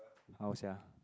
how sia